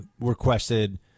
requested